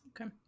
Okay